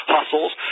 Hustles